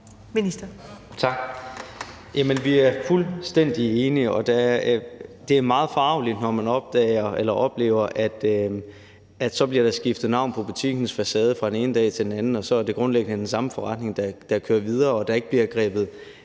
vi er fuldstændig enige. Det er meget forargeligt, når man oplever, at der skiftes navn på butikkens facade fra den ene dag til den anden, men at det grundlæggende er den samme forretning, der kører videre, og der ikke bliver grebet